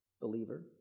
Believer